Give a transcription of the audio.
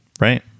right